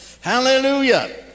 Hallelujah